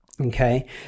okay